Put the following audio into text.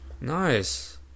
nice